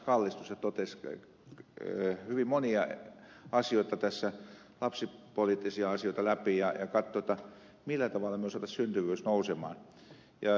kallis tuossa totesi hyvin monia asioita tässä lapsipoliittisia asioita läpi ja katsoa millä tavalla me saisimme syntyvyyden nousemaan